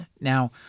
Now